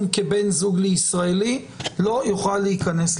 כבן זוג לישראלי לא יוכל להיכנס לישראל.